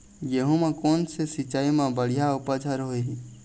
गेहूं म कोन से सिचाई म बड़िया उपज हर होही?